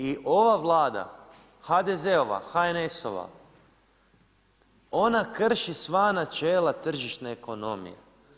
I ova Vlada, HDZ-ova, HNS-ova, ona krši sva načela tržišne ekonomije.